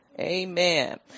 Amen